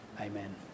Amen